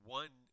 one